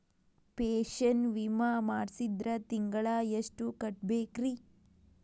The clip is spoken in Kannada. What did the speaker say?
ಪೆನ್ಶನ್ ವಿಮಾ ಮಾಡ್ಸಿದ್ರ ತಿಂಗಳ ಎಷ್ಟು ಕಟ್ಬೇಕ್ರಿ?